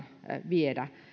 viedä